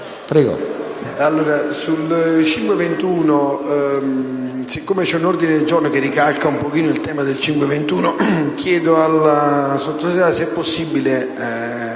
Prego,